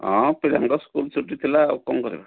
ହଁ ପିଲାଙ୍କ ସ୍କୁଲ୍ ଛୁଟି ଥିଲା ଆଉ କ'ଣ କରିବା